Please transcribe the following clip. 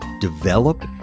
develop